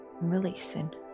releasing